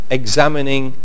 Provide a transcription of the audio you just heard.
examining